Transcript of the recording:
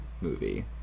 movie